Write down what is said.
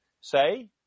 say